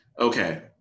Okay